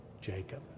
Jacob